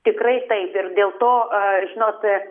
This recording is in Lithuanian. tikrai taip ir dėl to a žinot